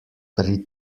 pri